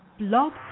Blog